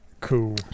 cool